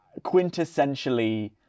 quintessentially